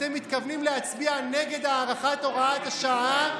אתם מתכוונים להצביע נגד הארכת הוראת השעה,